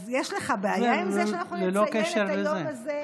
אז יש לך בעיה עם זה שאנחנו נציין את היום הזה,